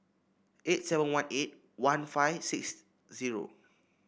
eight seven one eight one five six zero